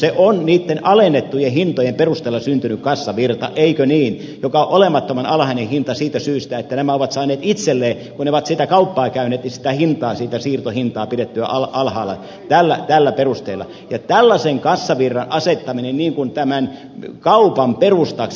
se on niitten alennettujen hintojen perusteella syntynyt kassavirta eikö niin joka on olemattoman alhainen hinta siitä syystä että nämä ovat saaneet itselleen kun ne ovat sitä kauppaa käyneet ja sitä hintaa sitä siirtohintaa pidettyä alhaalla tällä perusteella ja tällaisen kassavirran asettaminen tämän kaupan perustaksi